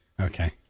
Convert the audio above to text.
Okay